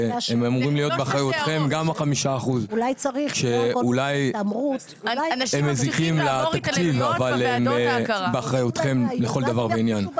גם ה-5% שהם אולי מזיקים לתקציב אבל הם באחריותכם לכל דבר ועניין.